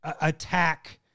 attack